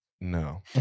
No